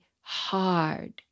hard